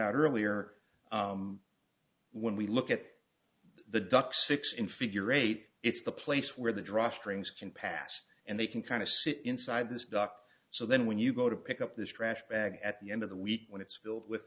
out earlier when we look at the ducks six in figure eight it's the place where the drawstrings can pass and they can kind of sit inside this dock so then when you go to pick up this trash bag at the end of the week when it's filled with